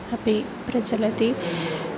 अपि प्रचलति